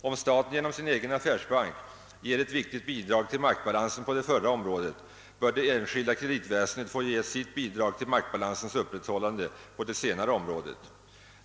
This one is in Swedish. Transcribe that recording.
Om staten genom sin egen affärsbank ger ett viktigt bidrag till maktbalansen på det förra området, bör det enskilda kreditväsendet få ge sitt bidrag till maktbalansens upprätthållande på det senare området.